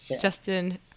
justin